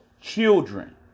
children